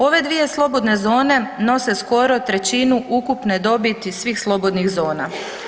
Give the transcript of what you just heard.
Ove dvije slobodne zone nose skoro trećinu ukupne dobiti svih slobodnih zona.